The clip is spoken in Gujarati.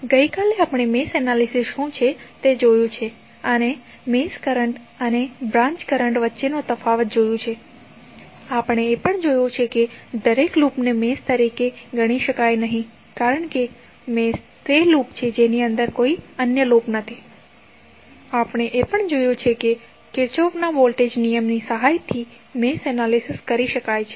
તો ગઈકાલે આપણે મેશ એનાલિસિસ શું છે તે જોયું છે અને આપણે મેશ કરંટ અને બ્રાન્ચ કરંટ વચ્ચેનો તફાવત જોયું છે અને આપણે એ પણ જોયું છે કે દરેક લૂપ ને મેશ તરીકે ગણી શકાય નહીં કારણ કે મેશ તે લૂપ છે જેની અંદર કોઈ અન્ય લૂપ નથી અને આપણે એ પણ જોયું કે કિર્ચોફના વોલ્ટેજ નિયમની સહાયથી મેશ એનાલિસિસ કરી શકાય છે